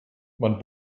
man